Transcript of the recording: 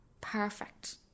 perfect